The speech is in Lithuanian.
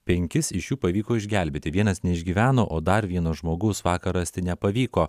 penkis iš jų pavyko išgelbėti vienas neišgyveno o dar vieno žmogaus vakar rasti nepavyko